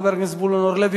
חבר הכנסת זבולון אורלב,